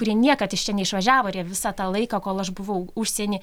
kurie niekad iš čia neišvažiavo ir jie visą tą laiką kol aš buvau užsieny